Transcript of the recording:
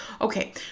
Okay